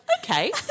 okay